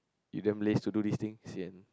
you damn laze to do this thing sian